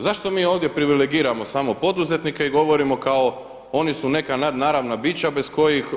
Zašto mi ovdje privilegiramo samo poduzetnike i govorimo kao oni su neka nadnaravna bića bez kojih.